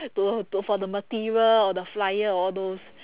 to to for the material or the flyer or all those